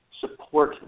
support